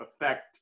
affect